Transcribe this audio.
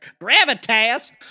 Gravitas